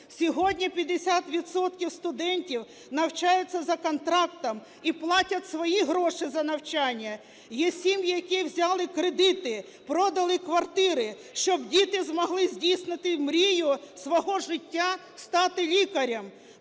Сьогодні 50 відсотків студентів навчаються за контрактом і платять свої гроші за навчання. Є сім'ї, які взяли кредити, продали квартири, щоб діти змогли здійснити мрію свого життя – стати лікарем.